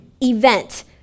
event